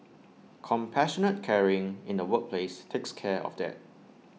compassionate caring in the workplace takes care of that